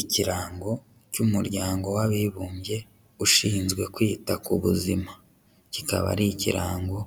Ikirango cy'Umuryango w'Abibumbye Ushinzwe kwita ku Buzima, kikaba ari ikirango